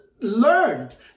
learned